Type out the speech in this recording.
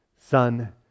Son